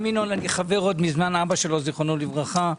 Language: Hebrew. עם ינון אני חבר עוד מזמן אבא שלו זכרונו לברכה.